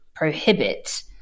prohibit